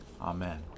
Amen